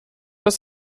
aus